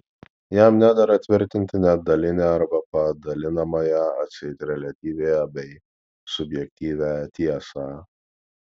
jam nedera tvirtinti net dalinę arba padalinamąją atseit reliatyvią bei subjektyvią tiesą